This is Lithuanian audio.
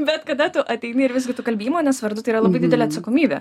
bet kada tu ateini ir visgi tu kalbi įmonės vardu tai yra labai didelė atsakomybė